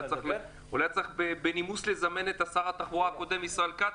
אולי צריך בנימוס לזמן את שר התחבורה הקודם ישראל כץ,